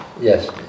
Yes